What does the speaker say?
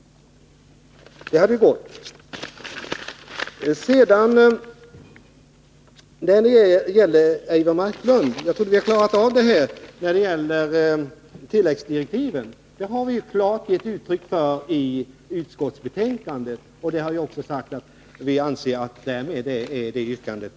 Det hade gått att genomföra. Jag trodde, Eivor Marklund, att vi hade klarat av det här med tilläggsdirektiven. Dem har vi ju tydligt uttalat oss om i utskottsbetänkandet. Vi har också sagt att vi därmed anser oss ha besvarat yrkandet.